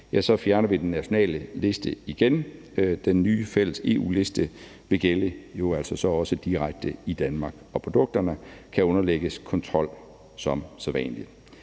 fjerner vi den nationale liste igen. Den nye fælles EU-liste vil jo så gælde direkte i Danmark, så produkterne kan underlægges kontrol som sædvanlig.